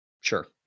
Sure